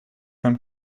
from